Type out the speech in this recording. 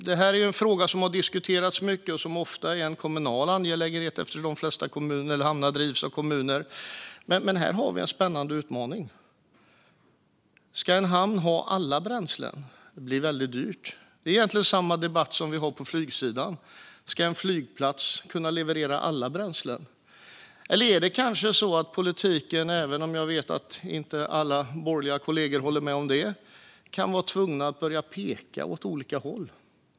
Det är en fråga som har diskuterats mycket och som ofta är en kommunal angelägenhet, eftersom de flesta hamnar drivs av kommuner. Men här har vi en spännande utmaning. Ska en hamn ha alla bränslen? Det blir väldigt dyrt. Det är egentligen samma debatt som vi har på flygsidan. Ska en flygplats kunna leverera alla bränslen? Eller kan politiken kanske vara tvungen att börja peka åt olika håll? Jag vet att inte alla borgerliga kollegor håller med om detta.